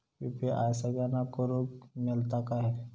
UPI सगळ्यांना करुक मेलता काय?